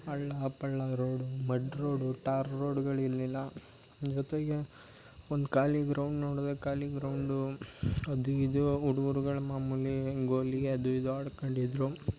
ಹಳ್ಳ ಪಳ್ಳ road mud road tar ರೋಡುಗಳು ಇರಲಿಲ್ಲ ಜೊತೆಗೆ ಒಂದು ಖಾಲಿ ಗ್ರೌಂಡ್ ನೋಡಿದ್ರೆ ಖಾಲಿ ಗ್ರೌಂಡು ಅದು ಇದು ಹುಡುಗ್ರುಗಳ್ ಮಾಮೂಲಿ ಗೋಲಿ ಅದು ಇದು ಆಡ್ಕೊಂಡಿದ್ರು